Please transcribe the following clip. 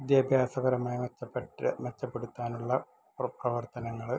വിദ്യാഭ്യാസപരമായി മെച്ചപ്പെട്ട് മെച്ചപ്പെടുത്താനുള്ള പ്രവർത്തനങ്ങള്